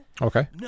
Okay